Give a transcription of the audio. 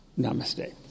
Namaste